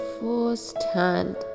firsthand